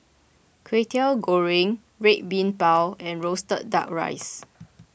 Kway Teow Goreng Red Bean Bao and Roasted Duck Rice